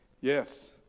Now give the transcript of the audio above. Yes